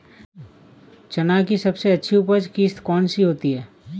चना की सबसे अच्छी उपज किश्त कौन सी होती है?